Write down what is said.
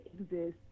exist